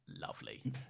lovely